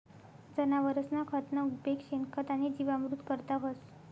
जनावरसना खतना उपेग शेणखत आणि जीवामृत करता व्हस